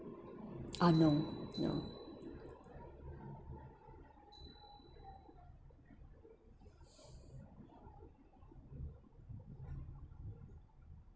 ah no no